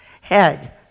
head